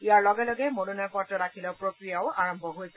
ইয়াৰ লগে লগে মনোনয়ন পত্ৰ দাখিলৰ প্ৰক্ৰিয়াও আৰম্ভ হৈছে